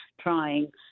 trying